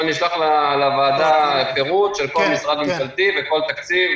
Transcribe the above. ואני אשלח לוועדה פירוט של כל משרד ממשלתי וכל תקציב,